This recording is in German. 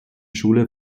schule